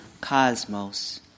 cosmos